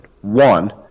one